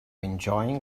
enjoying